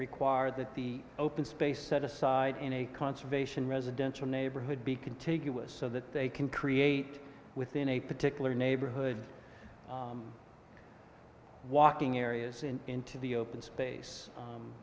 require that the open space set aside in a conservation residential neighborhood be contiguous so that they can create within a particular neighborhood walking areas and into the open space